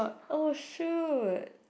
oh shoot